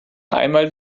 einmal